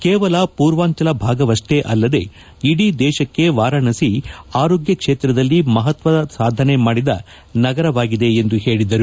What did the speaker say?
ಕೇವಲ ಪೂರ್ವಾಂಚಲ ಭಾಗವಷ್ಷೇ ಅಲ್ಲದೆ ಇಡೀ ದೇಶಕ್ಕೆ ವಾರಾಣಸಿ ಆರೋಗ್ಲ ಕ್ಷೇತ್ರದಲ್ಲಿ ಮಹತ್ವದ ಸಾಧನೆ ಮಾಡಿದ ನಗರವಾಗಿದೆ ಎಂದು ಹೇಳಿದರು